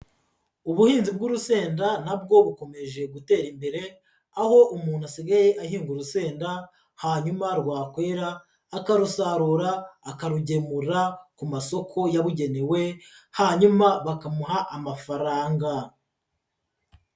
Ubuhinzi bw'urusenda na bwo bukomeje gutera imbere, aho umuntu asigaye ahinga urusenda hanyuma rwakwera akarusarura, akarugemura ku masoko yabugenewe, hanyuma bakamuha amafaranga.